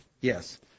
Yes